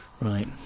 Right